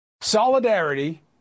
Solidarity